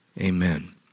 Amen